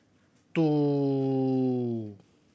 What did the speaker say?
two